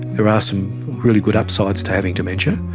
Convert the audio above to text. there are some really good upsides to having dementia.